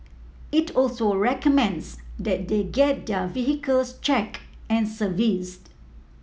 it also recommends that they get their vehicles checked and serviced